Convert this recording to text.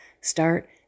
start